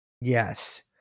Yes